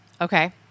Okay